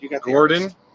Gordon